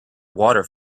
water